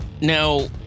now